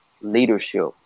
leadership